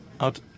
out